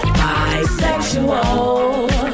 bisexual